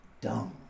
dumb